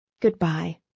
Goodbye